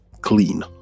clean